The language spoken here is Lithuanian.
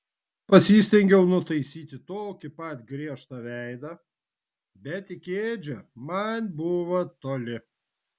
pasistengiau nutaisyti tokį pat griežtą veidą bet iki edžio man buvo toli